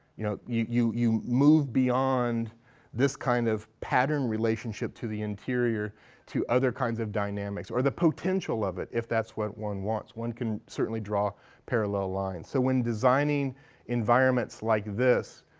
you know, you you move beyond this kind of pattern relationship to the interior to other kinds of dynamics, or the potential of it, if that's what one wants. one can certainly draw parallel lines. so when designing environments like this,